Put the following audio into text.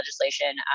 legislation